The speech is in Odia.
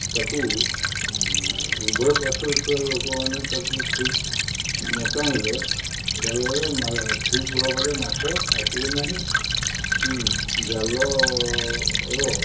ତାକୁ ଉଭୟ ପାର୍ଶ୍ୱରେ ଥିବା ଲୋକମାନେ ତାକୁ ଠିକ୍ ନ ଟାଣିଲେ ଜାଲରେ ଠିକ୍ ଭାବରେ ମାଛ ଆସିବେ ନାହିଁ ଜାଲର